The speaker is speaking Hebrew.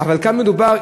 אבל כאן מדובר,